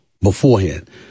beforehand